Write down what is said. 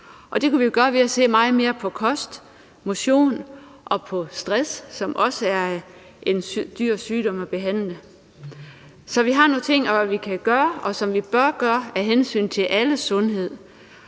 og det kunne vi gøre ved at se meget mere på kost, motion og på stress, som også er en dyr sygdom at behandle. Så vi har nogle ting, som vi kan gøre, og som vi bør gøre af hensyn til alles sundhed.